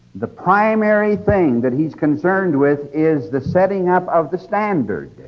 the primary thing that he is concerned with is the setting up of the standard.